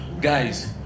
Guys